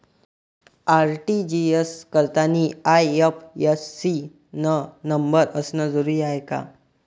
RTGS करतांनी IFSC न number असनं जरुरीच हाय का?